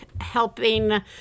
helping